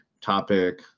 topic